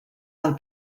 del